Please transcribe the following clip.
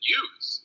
use